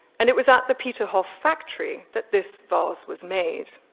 and it was at the peterhof factory that this vase was made.